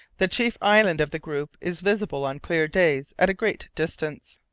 the chief island of the group is visible on clear days at a great distance.